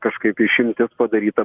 kažkaip išimtis padaryta